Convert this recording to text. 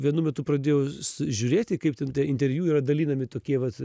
vienu metu pradėjau žiūrėti kaip ten interviu yra dalinami tokie vat